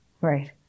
Right